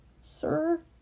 Sir